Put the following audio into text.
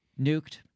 nuked